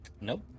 Nope